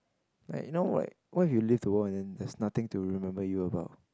like you know like what if you leave the world and then there's nothing to remember you about